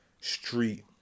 street